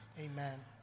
Amen